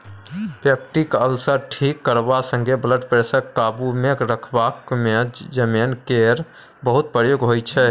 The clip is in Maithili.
पेप्टीक अल्सर ठीक करबा संगे ब्लडप्रेशर काबुमे रखबाक मे जमैन केर बहुत प्रयोग होइ छै